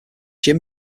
jim